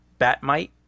batmite